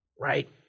right